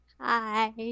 Hi